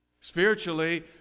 Spiritually